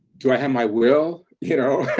do i have my will, you know?